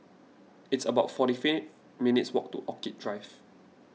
it's about forty three minutes' walk to Orchid Drive